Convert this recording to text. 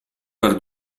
per